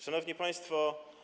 Szanowni Państwo!